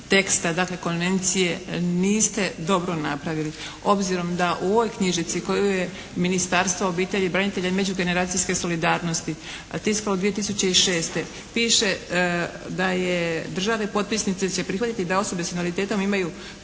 dakle konvencije niste dobro napravili obzirom da u ovoj knjižici koju je Ministarstvo obitelji, branitelja i međugeneracijske solidarnosti tiskalo 2006. piše da je države potpisnice će prihvatiti da osobe s invaliditetom imaju